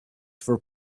for